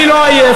אני לא עייף.